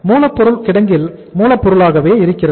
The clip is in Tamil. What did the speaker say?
மூலப்பொருள் கிடங்கில் மூல பொருளாகவே இருக்கிறது